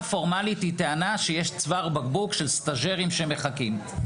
הישיבה הזו צריכה להיות עם מטרה אחת של כולנו,